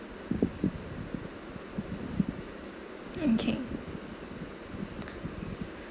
mm K